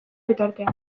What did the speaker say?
bitartean